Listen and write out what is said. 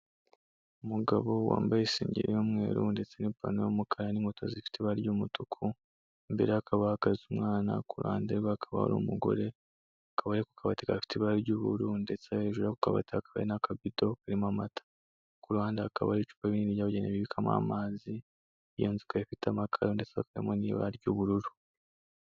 Umugabo wambaye isengeri y'umweru ndetse n'ipantaro y'umukara n'inkweto zifite ibara ry'umutuku, imbere ye hakaba hahagaze umwana, ku ruhande rwe hakaba hari umugore akaba ari ku kabati gafite ibara ry'ubururu ndetse hejuru y'ako kabati hakaba hari n'akavido karimo amata, ku ruhande hakaba hari icupa rinini ryabugenewe ribikwamo amazi, iyo nzu ikaba ifite amakaro ndetse hakabamo n'ibara ry'ubururu.